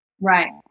Right